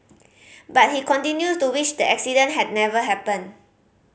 but he continues to wish the accident had never happened